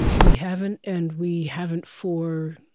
ah we haven't and we haven't, for